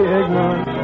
ignorant